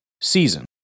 season